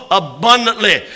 abundantly